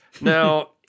Now